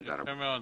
תודה רבה.